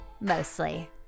Mostly